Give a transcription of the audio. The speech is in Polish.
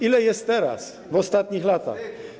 Ile jest teraz, w ostatnich latach?